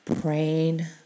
praying